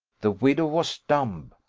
the widow was dumb.